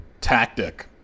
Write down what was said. tactic